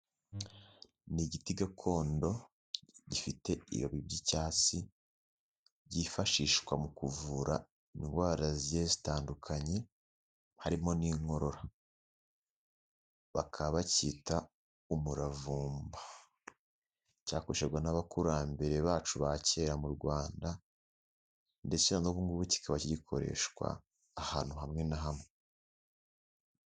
Ni igiti gakondo gifite ibibabi by'icyatsi byifashishwa mu kuvura indwara zigiye zitandukanye harimo n'inkorora, bakaba bacyita umuravumba. Cyakoreshwaga n'abakurambere bacu ba kera mu Rwanda ndetse na n'ubungubu kikaba kigikoreshwa ahantu hamwe na hamwe.